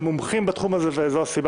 מכיוון שהנושא